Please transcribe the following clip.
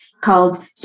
called